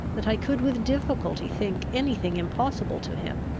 that i could with difficulty think any thing impossible to him.